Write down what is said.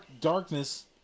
Darkness